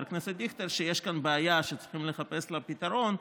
הכנסת דיכטר שיש כאן בעיה שצריכים לחפש לה פתרון,